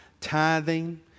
tithing